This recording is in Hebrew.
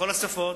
בכל השפות.